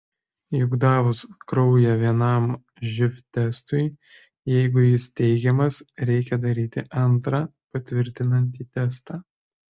juk davus kraują vienam živ testui jeigu jis teigiamas reikia daryti antrą patvirtinantį testą